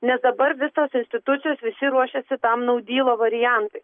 nes dabar visos institucijos visi ruošiasi tam naudylo variantui